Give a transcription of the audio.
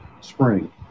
spring